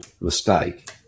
mistake